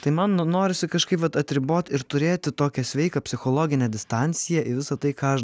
tai man norisi kažkaip vat atribot ir turėti tokią sveiką psichologinę distanciją į visa tai ką aš darau